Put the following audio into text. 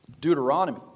Deuteronomy